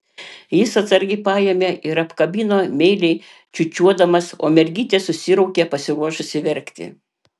jis atsargiai paėmė ir apkabino meiliai čiūčiuodamas o mergytė susiraukė pasiruošusi verkti